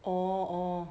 orh orh